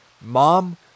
Mom